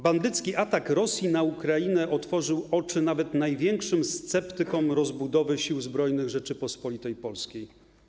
Bandycki atak Rosji na Ukrainę otworzył oczy nawet największym sceptykom, jeśli chodzi o rozbudowę Sił Zbrojnych Rzeczypospolitej Polskiej.